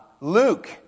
Luke